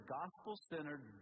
gospel-centered